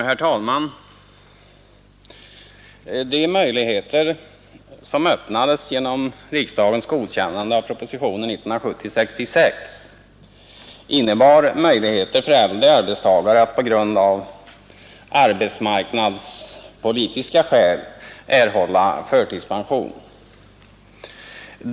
Herr talman! De möjligheter som öppnades genom riksdagens godkännande av propositionen 66 år 1970 innebar att äldre arbetstagare av arbetsmarknadsmässiga skäl kunde erhålla förtidspension.